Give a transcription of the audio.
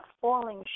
falling